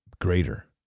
greater